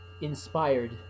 inspired